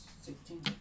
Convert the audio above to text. sixteen